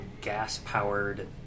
gas-powered